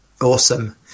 Awesome